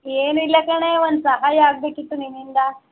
ಏನೂ ಇಲ್ಲ ಕಣೆ ಒಂದು ಸಹಾಯ ಆಗಬೇಕಿತ್ತು ನಿನ್ನಿಂದ